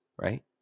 right